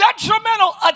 Detrimental